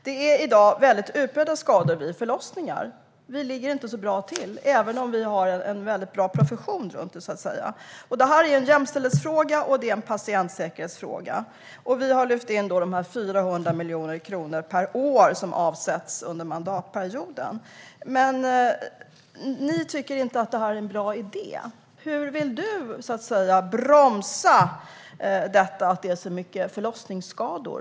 Skadorna vid förlossningar är i dag väldigt utbredda. Vi ligger inte så bra till, även om vi har en väldigt bra profession. Det här är en jämställdhetsfråga och en patientsäkerhetsfråga. Vi avsätter 400 miljoner kronor per år under mandatperioden. Ni tycker inte att det är en bra idé. Hur vill du bromsa förlossningsskadorna? Det är min första fråga till dig.